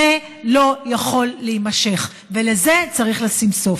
זה לא יכול להימשך, ולזה צריך לשים סוף.